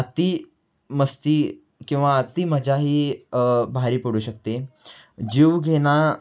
अति मस्ती किंवा अत्ति मजा ही भारी पडू शकते जीवघेणा